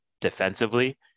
defensively